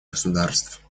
государств